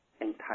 entire